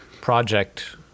project